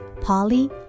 Polly